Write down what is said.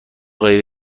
غیر